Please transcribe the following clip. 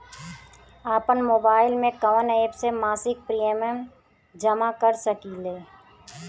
आपनमोबाइल में कवन एप से मासिक प्रिमियम जमा कर सकिले?